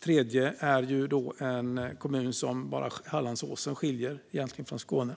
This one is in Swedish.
tredje är en kommun som bara Hallandsåsen skiljer från Skåne.